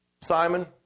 Simon